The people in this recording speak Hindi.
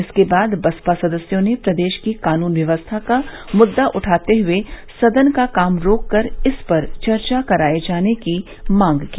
इसके बाद बसपा सदस्यों ने प्रदेश की कानून व्यवस्था का मुद्दा उठाते हुए सदन का काम रोक कर इस पर चर्चा कराये जाने की मांग की